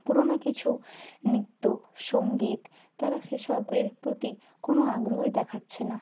পুরনো কিছু নৃত্য সঙ্গীত তারা সে সবের প্রতি কোন আগ্রহই দেখাচ্ছে না